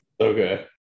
Okay